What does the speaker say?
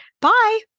Bye